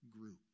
group